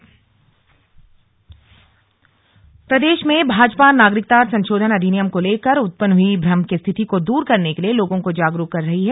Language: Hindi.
सीएम सीएए प्रदेश में भाजपा नागरिकता संशोधन अधिनियम को लेकर उत्पन्न हुई भ्रम की स्थिति को दूर करने के लिए लोगों को जागरूक कर रही है